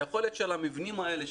היכולת של המבנים האלה,